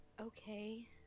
Okay